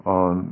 on